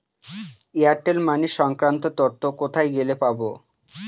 Airtel money সংক্রান্ত তথ্য কোথায় গেলে পাব?